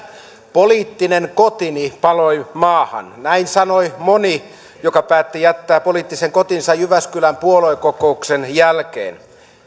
poliittinen kotini paloi maahan näin sanoi moni joka päätti jättää poliittisen kotinsa jyväskylän puoluekokouksen jälkeen